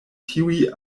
tiuj